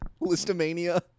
Listomania